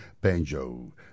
banjo